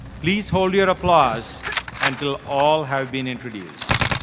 please hold your applause until all have been introduced.